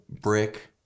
brick